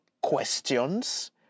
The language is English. questions